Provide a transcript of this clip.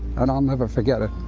and i'll never forget it.